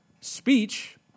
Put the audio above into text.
speech